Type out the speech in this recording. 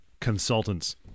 consultants